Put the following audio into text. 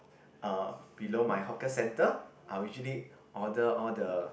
ah below my hawker centre I'll usually order all the